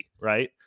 right